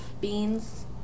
Beans